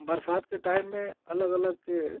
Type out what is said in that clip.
बरसात के टाइम में अलग अलग यह